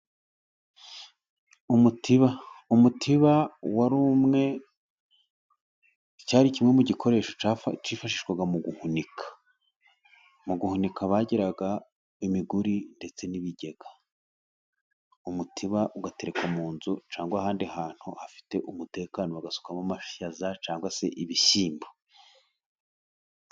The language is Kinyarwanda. Umutiba, umutiba wari umwe cyari kimwe mu gikoresho cyifashishwaga mu guhunika, mu guhunika bagiraga imiguri ndetse n'ibigega. Umutiba ugaterekwa mu nzu cyangwa ahandi hantu hafite umutekano, bagasukamo amashaza cyangwa se ibishyimbo.